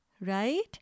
right